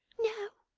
no!